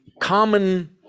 common